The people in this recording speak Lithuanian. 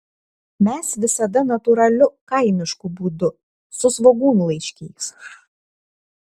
mes visada natūraliu kaimišku būdu su svogūnlaiškiais